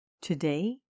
Today